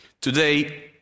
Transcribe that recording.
Today